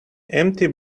empty